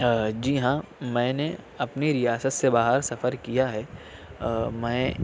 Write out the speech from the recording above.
جی ہاں میں نے اپنی ریاست سے باہر سفر کیا ہے میں